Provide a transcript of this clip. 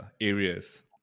areas